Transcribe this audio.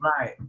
Right